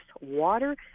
water